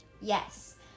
Yes